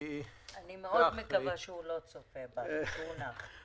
אני מאוד מקווה שהוא לא צופה בנו כי הוא נח.